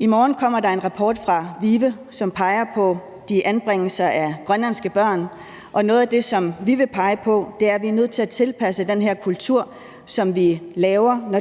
I morgen kommer der en rapport fra VIVE, som peger på anbringelserne af grønlandske børn. Noget af det, som vi vil pege på, er, at vi er nødt til at tilpasse den kultur, der er, når